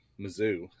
Mizzou